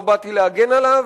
לא באתי להגן עליו,